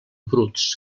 bruts